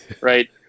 right